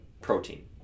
protein